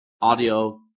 audio